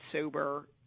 sober